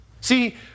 See